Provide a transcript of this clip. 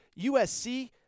USC